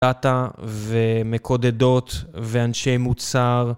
דאטה ומקודדות ואנשי מוצר